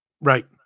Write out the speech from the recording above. Right